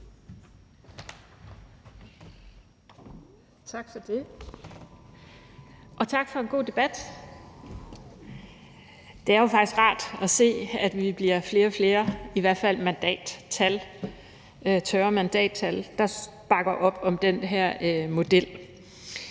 Tak for det. Og tak for en god debat. Det er jo faktisk rart at se, at vi bliver flere og flere, i hvert fald i tørre mandattal, der bakker op om den her model.